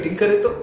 good